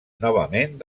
novament